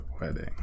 wedding